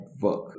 work